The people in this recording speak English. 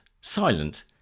silent